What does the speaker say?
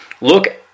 look